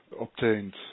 obtained